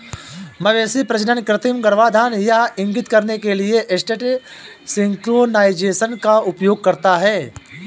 मवेशी प्रजनन कृत्रिम गर्भाधान यह इंगित करने के लिए एस्ट्रस सिंक्रोनाइज़ेशन का उपयोग करता है